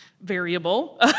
variable